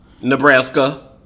Nebraska